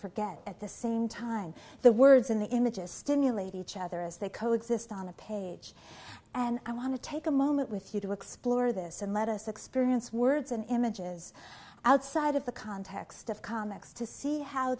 forget at the same time the words in the images stimulate each other as they co exist on the page and i want to take a moment with you to explore this and let us experience words and images outside of the context of comics to see how